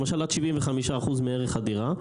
למשל עד 75% מערך הדירה,